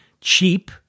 cheap